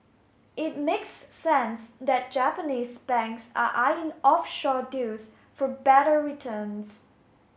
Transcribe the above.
it makes sense that Japanese banks are eyeing offshore deals for better returns